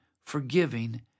forgiving